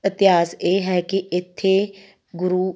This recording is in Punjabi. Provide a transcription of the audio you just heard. ਇਤਿਹਾਸ ਇਹ ਹੈ ਕਿ ਇੱਥੇ ਗੁਰੂ